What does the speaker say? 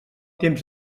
temps